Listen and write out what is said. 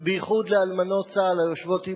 ובייחוד לאלמנות צה"ל, היושבות עמנו,